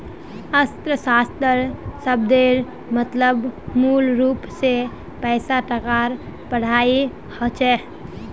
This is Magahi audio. अर्थशाश्त्र शब्देर मतलब मूलरूप से पैसा टकार पढ़ाई होचे